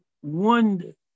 one